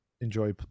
enjoy